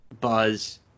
buzz